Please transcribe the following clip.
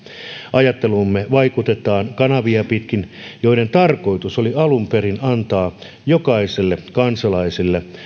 ajatteluumme vaikutetaan kanavia pitkin joiden tarkoitus oli alun perin antaa jokaiselle kansalaiselle